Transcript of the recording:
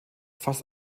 fast